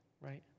right